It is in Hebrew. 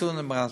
בקיצור נמרץ: